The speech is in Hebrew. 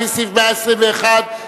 לפי סעיף 121,